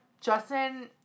Justin